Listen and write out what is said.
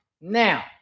Now